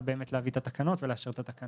באמת להביא את התקנות ולאשר את התקנות.